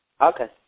Okay